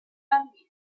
bambini